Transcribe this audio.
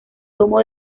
domo